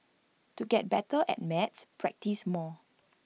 to get better at maths practise more